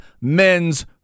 men's